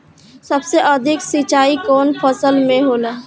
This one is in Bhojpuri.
सबसे अधिक सिंचाई कवन फसल में होला?